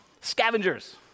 Scavengers